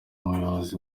umuyobozi